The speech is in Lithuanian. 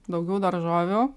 daugiau daržovių